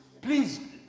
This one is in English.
Please